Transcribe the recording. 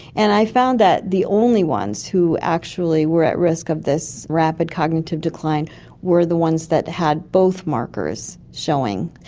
and i found that the only ones who actually were at risk of this rapid cognitive decline were the ones that had both markers showing.